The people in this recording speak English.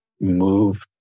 move